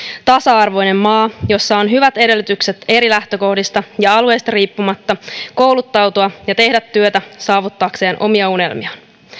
tasa arvoinen maa jossa on hyvät edellytykset eri lähtökohdista ja alueista riippumatta kouluttautua ja tehdä työtä saavuttaakseen omia unelmiaan